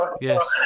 yes